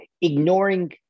ignoring